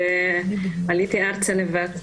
עליתי ארצה לבד,